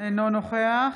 אינו נוכח